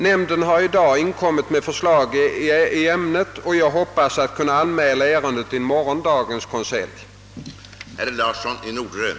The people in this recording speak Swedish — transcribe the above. Nämnden har i dag inkommit med förslag i ämnet, och jag hoppas kunna anmäla ärendet i morgondagens konselj.